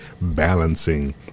balancing